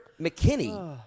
McKinney